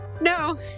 no